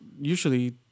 usually